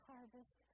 harvest